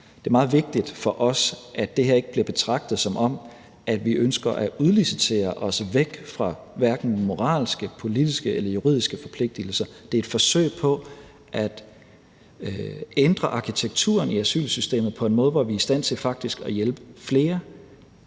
Det er meget vigtigt for os, at det her ikke bliver betragtet, som om vi ønsker at udlicitere os ud af moralske, politiske eller juridiske forpligtelser; det er et forsøg på at ændre arkitekturen i asylsystemet på en måde, hvor vi faktisk er i stand til at hjælpe flere,